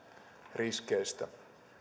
riskeistä